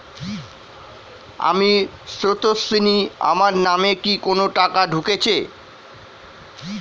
আমি স্রোতস্বিনী, আমার নামে কি কোনো টাকা ঢুকেছে?